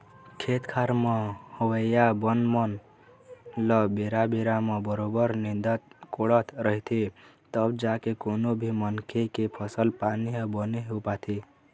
खेत खार म होवइया बन मन ल बेरा बेरा म बरोबर निंदत कोड़त रहिथे तब जाके कोनो भी मनखे के फसल पानी ह बने हो पाथे